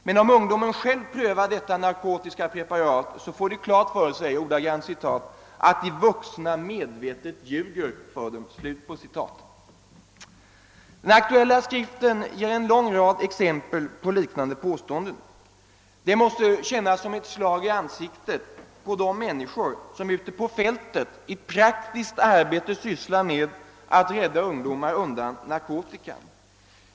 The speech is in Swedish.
Men om ungdomarna själva prövar detta narkotiska preparat får de klart för sig »att de vuxna medvetet ljuger för dem«. Den aktuella skriften ger en lång rad exempel på liknande påståenden. De måste kännas som ett slag i ansiktet på de människor som ute på fältet i praktiskt arbete sysslar med att rädda ungdomar undan narkotikan.